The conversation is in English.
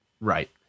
Right